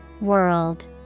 World